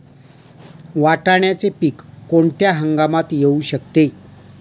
वाटाण्याचे पीक कोणत्या हंगामात येऊ शकते?